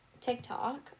TikTok